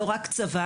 לא רק צבא,